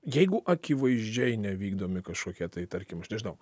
jeigu akivaizdžiai nevykdomi kažkokie tai tarkim aš nežinau